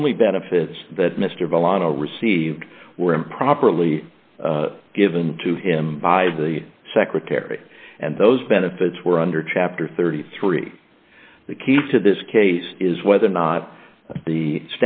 only benefits that mr vellano received were improperly given to him by the secretary and those benefits were under chapter thirty three the key to this case is whether or not the